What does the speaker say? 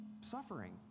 suffering